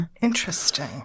Interesting